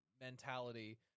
mentality